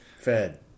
Fed